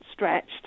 Stretched